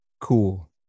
cool